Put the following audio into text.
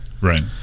Right